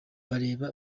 reba